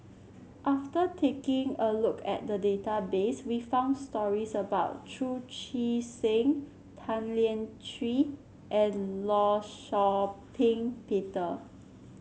after taking a look at the database we found stories about Chu Chee Seng Tan Lian Chye and Law Shau Ping Peter